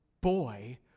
boy